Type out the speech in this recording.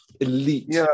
elite